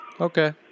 Okay